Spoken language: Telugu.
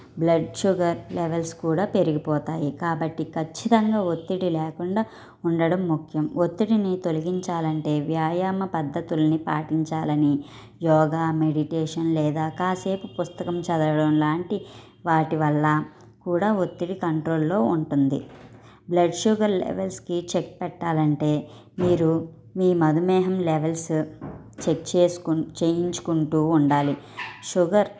బ్లడ్ షుగర్ లెవెల్స్ కూడా పెరిగిపోతాయి కాబట్టి ఖచ్చితంగా ఒత్తిడి లేకుండా ఉండడం ముఖ్యం ఒత్తిడిని తొలగించాలంటే వ్యాయామ పద్ధతుల్ని పాటించాలని యోగా మెడిటేషన్ లేదా కాసేపు పుస్తకం చదవడంలాంటి వాటి వల్ల కూడా ఒత్తిడి కంట్రోల్లో ఉంటుంది బ్లడ్ షుగర్ లెవెల్స్కి చెక్ పెట్టాలంటే మీరు మీ మధుమేహం లెవెల్స్ చెక్ చేసుకోన్ చేయించుకుంటూ ఉండాలి షుగర్